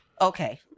okay